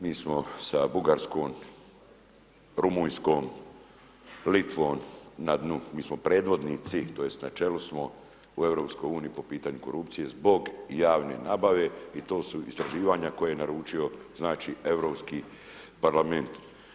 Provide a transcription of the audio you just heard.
Mi smo sa Bugarskom, Rumunjskom, Litvom na dnu, mi smo predvodnici, tj. na čelu smo u EU-u po pitanju korupcije zbog javne nabave i to su istraživanja koje je naručio znači Europski Parlament.